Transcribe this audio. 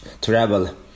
travel